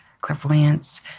clairvoyance